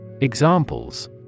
Examples